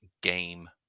game